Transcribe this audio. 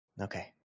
Okay